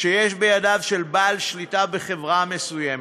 שיש בידיו של בעל שליטה בחברה מסוימת.